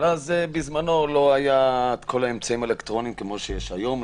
בזמנו לא היו כל האמצעים האלקטרוניים כמו שיש היום,